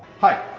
hi.